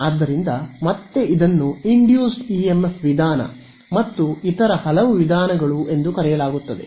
ಆದ್ದರಿಂದ ಮತ್ತೆ ಇದನ್ನು ಇಂಡ್ಯೂಸ್ಡ್ ಇಎಂಎಫ್ ವಿಧಾನ ಮತ್ತು ಇತರ ಹಲವು ವಿಧಾನಗಳು ಎಂದು ಕರೆಯಲಾಗುತ್ತದೆ